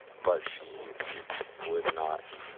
but she would not